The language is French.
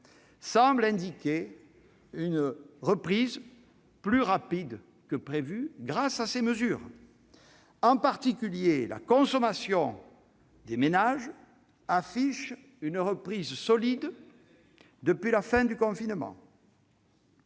semblent indiquer une reprise plus rapide que prévu. Mais grâce à qui ? En particulier, la consommation des ménages affiche une reprise solide depuis la fin du confinement.